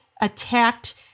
attacked